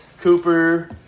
Cooper